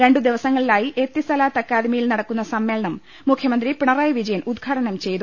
രണ്ടു ദിവസങ്ങളിലായി എത്തിസലാത്ത് അക്കാദമിയിൽ നടക്കുന്ന സമ്മേളനം മുഖ്യമന്ത്രി പിണറായി വിജയൻ ഉദ്ഘാടനം ചെയ്തു